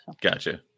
gotcha